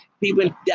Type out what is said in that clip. People